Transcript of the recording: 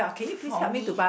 for me